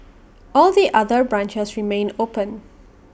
all the other branches remain open